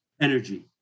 energy